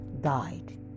died